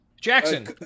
Jackson